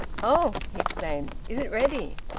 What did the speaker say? oh! he exclaimed. is it ready?